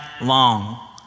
long